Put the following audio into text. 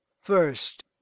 first